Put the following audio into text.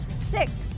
Six